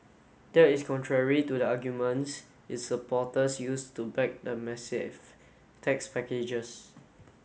that is contrary to the arguments its supporters used to back the massive tax packages